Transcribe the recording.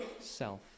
self